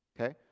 Okay